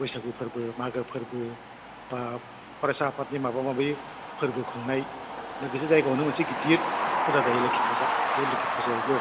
बैसागु फोरबो मागो फोरबो बा फरायसा आफादनि माबा माबि फोरबो खुंनाय लोगोसे जायगायावनो मोनसे गिदिर फुजा जायो लोखि फुजा बे लोखि फुजायावबो